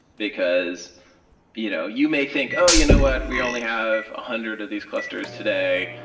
because you know you may think, oh, you know what? we only have a hundred of these clusters today.